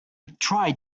tried